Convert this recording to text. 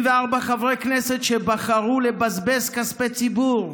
74 חברי כנסת שבחרו לבזבז כספי ציבור,